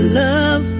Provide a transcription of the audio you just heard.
love